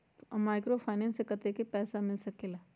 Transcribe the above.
Microfinance से कतेक पैसा मिल सकले ला?